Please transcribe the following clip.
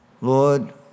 Lord